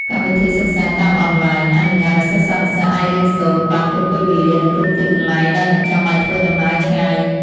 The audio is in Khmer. កម្មវិធីសិក្សាតាមអនឡាញអនុញ្ញាតឱ្យសិស្សានុសិស្សអាចរៀនសូត្របានគ្រប់ពេលវេលា និងគ្រប់ទីកន្លែងដោយមិនចាំបាច់ធ្វើដំណើរឆ្ងាយ។